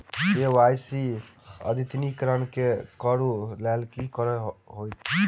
KYC अद्यतनीकरण कऽ लेल की करऽ कऽ हेतइ?